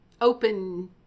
open